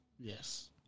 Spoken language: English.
yes